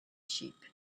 sheep